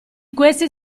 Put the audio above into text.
questi